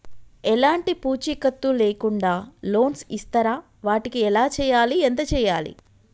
ఎలాంటి పూచీకత్తు లేకుండా లోన్స్ ఇస్తారా వాటికి ఎలా చేయాలి ఎంత చేయాలి?